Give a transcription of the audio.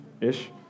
ish